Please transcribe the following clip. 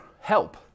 help